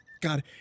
God